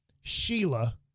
Sheila